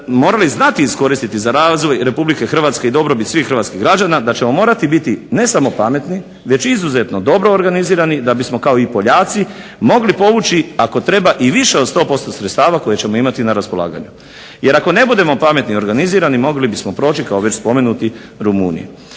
morali znati iskoristiti za razvoj Republike Hrvatske i dobrobit svih hrvatskih građana, da ćemo morati biti ne samo pametni već izuzetno dobro organizirani da bismo kao i Poljaci mogli povući i više od 100% sredstava koje ćemo imati na raspolaganju. Jer ako ne budemo pametni i organizirani mogli bismo proći kao već spomenuti Rumunji,